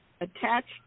attached